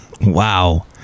Wow